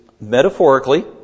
metaphorically